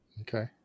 Okay